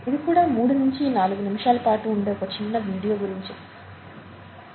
ఇది కూడా మూడు నించి నాలుగు నిమిషాల పాటు ఉండే ఒక చిన్న వీడియో గురించే